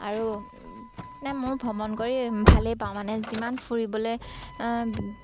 আৰু নে মোৰ ভ্ৰমণ কৰি ভালেই পাওঁ মানে যিমান ফুৰিবলৈ